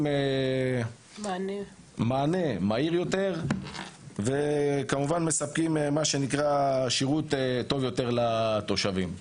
מענה מהיר יותר וכמובן מספקים שירות טוב יותר לתושבים.